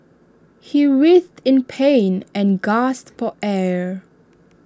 he writhed in pain and gasped per air